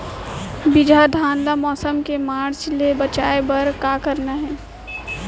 बिजहा धान ला मौसम के मार्च ले बचाए बर का करना है?